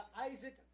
Isaac